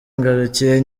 ngarukiye